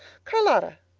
charlotta,